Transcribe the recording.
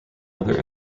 other